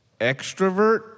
Extrovert